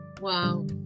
Wow